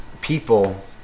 people